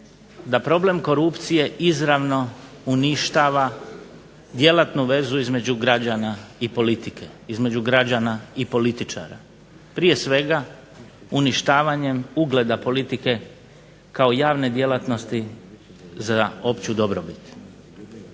da problem korupcije izravno uništava djelatnu vezu između građana i politike, između građana i političara. Prije svega uništavanjem ugleda politike kao javne djelatnosti za opću dobrobit.